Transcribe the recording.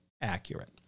accurate